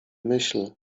myśl